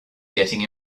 getting